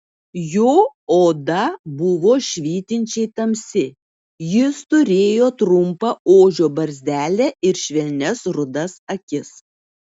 jo oda buvo švytinčiai tamsi jis turėjo trumpą ožio barzdelę ir švelnias rudas akis